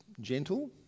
gentle